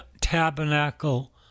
tabernacle